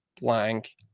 blank